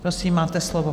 Prosím, máte slovo.